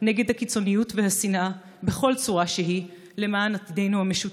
נגד הקיצוניות והשנאה בכל צורה שהיא למען עתידנו המשותף.